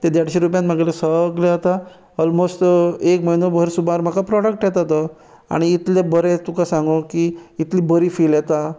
ते देडशे रुपयान म्हागेलें सगळें जाता ओल्मोस्ट एक म्हयनो भर सुमार म्हाका प्रोडक्ट येता तो आनी इतलें बरें तुका सांगू की इतली बरी फील येता